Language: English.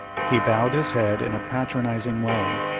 he bowed his head in a patronizing way,